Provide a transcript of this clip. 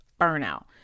burnout